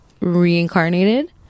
reincarnated